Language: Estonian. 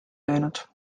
löönud